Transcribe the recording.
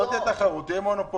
לא תהיה תחרות, יהיו מונופולים.